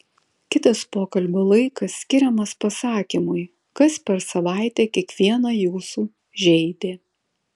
kitas pokalbio laikas skiriamas pasakymui kas per savaitę kiekvieną jūsų žeidė